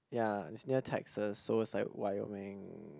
ya is near Texas so it's like Wyoming